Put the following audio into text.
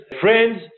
friends